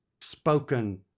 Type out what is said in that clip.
spoken